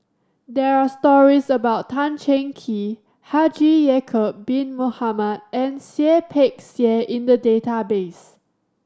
there are stories about Tan Cheng Kee Haji Ya'acob Bin Mohamed and Seah Peck Seah in the database